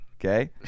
okay